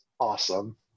awesome